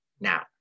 now